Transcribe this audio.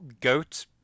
goat